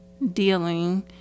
Dealing